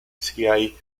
siaj